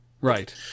Right